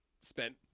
spent